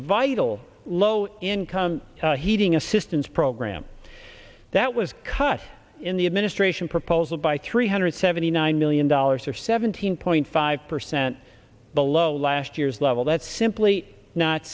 vital low income heating assistance program that was cut in the administration proposal by three hundred seventy nine million dollars or seventeen point five percent below last year's level that's simply not